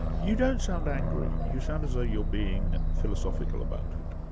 you don't sound angry, you sound as though you're being philosophical about it.